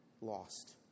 lost